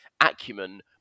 acumen